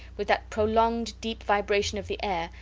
with that prolonged deep vibration of the air,